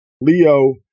Leo